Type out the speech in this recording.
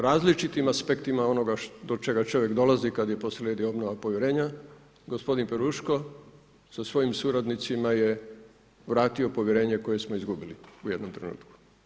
Različitim aspektima onoga do čega čovjek dolazi kad je poslijedi obnova povjerenja, gospodin Peruško sa svojim suradnicima je vratio povjerenje koje smo izgubili u jednom trenutku.